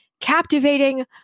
captivating